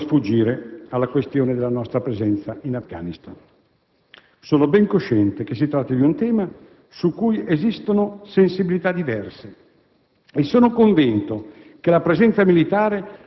Non voglio sfuggire alla questione della nostra presenza in Afghanistan. Sono ben cosciente che si tratta di un tema su cui esistono sensibilità diverse